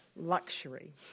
Luxury